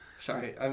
Sorry